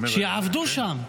שיעבדו שם?